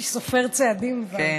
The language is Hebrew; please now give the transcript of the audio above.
יש לי סופר צעדים כבר.